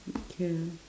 okay